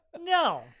no